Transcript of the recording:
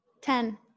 ten